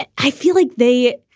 and i feel like they